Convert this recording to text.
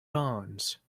bonds